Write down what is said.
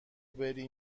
بری